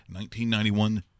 1991